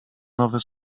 nowe